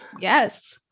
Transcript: Yes